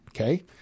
okay